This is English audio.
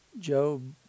Job